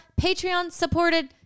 Patreon-supported